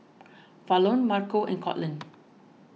Falon Marco and Courtland